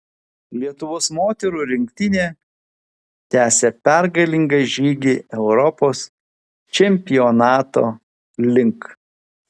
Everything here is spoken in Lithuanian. lietuvos moterų rinktinė tęsia pergalingą žygį europos čempionato link